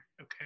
Okay